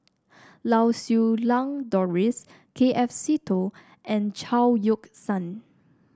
Lau Siew Lang Doris K F Seetoh and Chao Yoke San